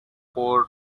poor